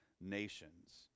nations